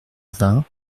vingt